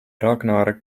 ragnar